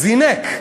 זינקה.